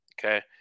Okay